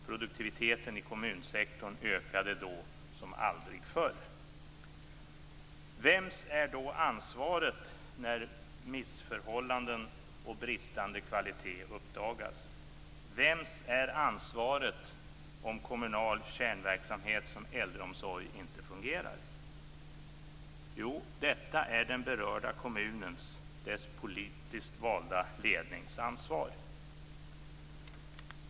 Produktiviteten i kommunsektorn ökade då som aldrig förr. Vems är då ansvaret när missförhållanden och bristande kvalitet uppdagas? Vems är ansvaret om en kommunal kärnverksamhet som äldreomsorgen inte fungerar? Jo, det här är den berörda kommunens, dess politiskt valda lednings, ansvar.